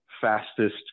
fastest